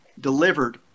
delivered